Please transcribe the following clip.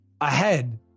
ahead